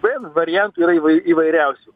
taip variantų yra įv įvairiausių